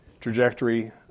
trajectory